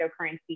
cryptocurrency